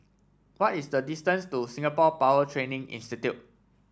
what is the distance to Singapore Power Training Institute